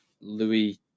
louis